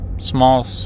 small